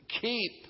keep